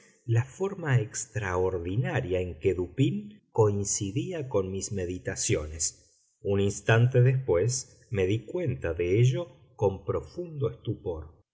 la forma extraordinaria en que dupín coincidía con mis meditaciones un instante después me di cuenta de ello con profundo estupor